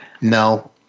No